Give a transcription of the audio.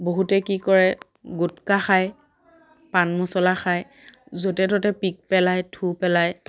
বহুতেই কি কৰে গুটখা খায় পাণ মছলা খায় য'তে ত'তে পিক পেলায় থু পেলায়